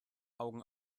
augen